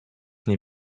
nie